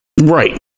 Right